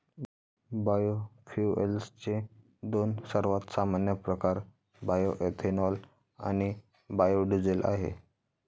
बायोफ्युएल्सचे दोन सर्वात सामान्य प्रकार बायोएथेनॉल आणि बायो डीझेल आहेत